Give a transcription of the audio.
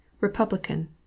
Republican